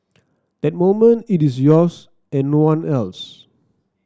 that moment it is yours and no one else